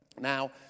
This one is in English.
Now